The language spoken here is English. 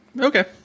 Okay